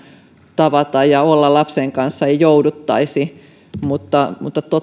tavata ja olla lapsen kanssa ei jouduttaisi mutta mutta